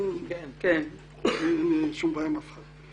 אין לי שום בעיה עם אף אחד,